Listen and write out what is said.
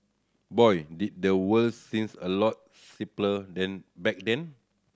boy did the world seems a lot simpler then back then